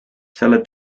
selle